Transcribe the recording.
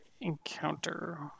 encounter